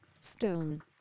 Stone